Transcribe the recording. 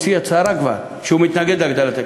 הוציא הצהרה שהוא מתנגד להגדלת הקצבאות.